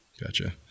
Gotcha